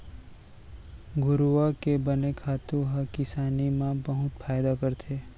घुरूवा के बने खातू ह किसानी म बहुत फायदा करथे